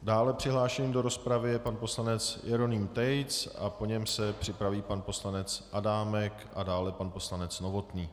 Dále je přihlášen do rozpravy pan poslanec Jeroným Tejc a po něm se připraví pan poslanec Adámek a dále pan poslanec Novotný.